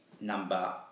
number